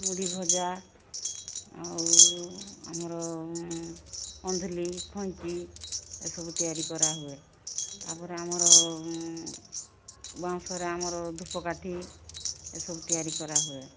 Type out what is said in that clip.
ମୁଢ଼ି ଭଜା ଆଉ ଆମର ଅନ୍ଧୁଲି ଖଇଁଚି ଏସବୁ ତିଆରି କରାହୁଏ ତାପରେ ଆମର ବାଉଁଶରେ ଆମର ଧୂପକାଠି ଏସବୁ ତିଆରି କରାହୁଏ